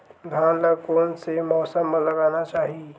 धान ल कोन से मौसम म लगाना चहिए?